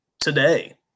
today